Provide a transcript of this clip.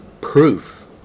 proof